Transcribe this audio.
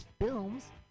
films